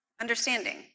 Understanding